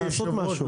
לעשות משהו.